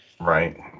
Right